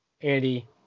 Andy